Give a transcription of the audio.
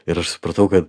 ir aš supratau kad